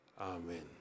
Amen